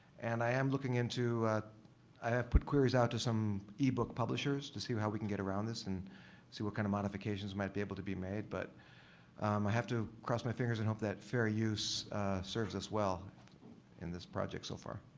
and i am looking into i have put queries out to some ebook publishers to see how we can get around this and see what kind of modifications might be able to be made. but i have to cross my fingers and hope that fair use serves us well in this project so far.